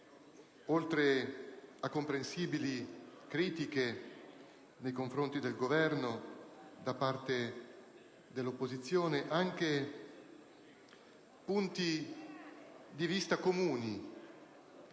oltre a comprensibili critiche nei confronti del Governo da parte dell'opposizione, anche punti di vista comuni.